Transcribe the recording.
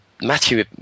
Matthew